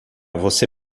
você